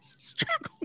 Struggle